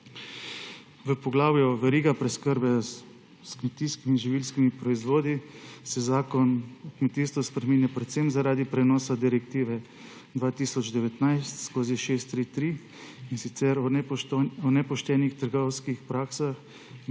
V poglavju Veriga preskrbe s kmetijskimi in živilskimi proizvodi se Zakon o kmetijstvu spreminja predvsem zaradi prenosa direktive 2019/633 in sicer o nepoštenih trgovskih praksah